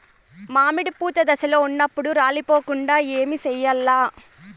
మామిడి పూత దశలో ఉన్నప్పుడు రాలిపోకుండ ఏమిచేయాల్ల?